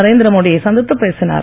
நரேந்திர மோடியை சந்தித்து பேசினார்